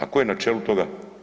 A ko je na čelu toga?